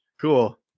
Cool